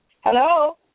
hello